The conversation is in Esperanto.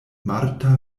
marta